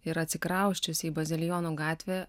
ir atsikrausčius į bazilijonų gatvę